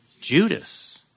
Judas